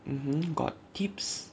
mmhmm got tips